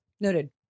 Noted